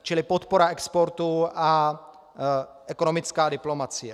Čili podpora exportu a ekonomická diplomacie.